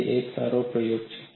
તે એક સારો પ્રયોગ છે